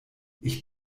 ich